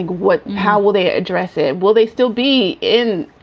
what how will they address it? will they still be in,